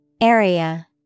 Area